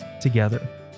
together